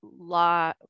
law